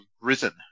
risen